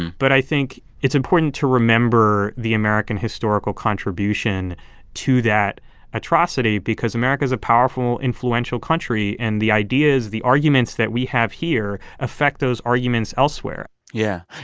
but i think it's important to remember the american historical contribution to that atrocity because america is a powerful, influential country. and the ideas the arguments that we have here affect those arguments elsewhere yeah.